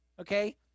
okay